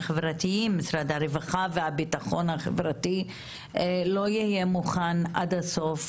משרד הרווחה והביטחון החברתי לא יהיה מוכן עד הסוף